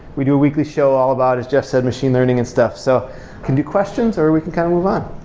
we do a weekly show all about it. it's just said machine learning and stuff. we so can do questions, or we can kind of move on